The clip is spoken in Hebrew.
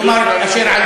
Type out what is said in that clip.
יש לי הצעה